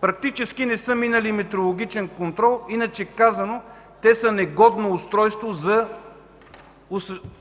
практически не са минали метрологичен контрол. Иначе казано – те са негодно устройство за